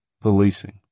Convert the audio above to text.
policing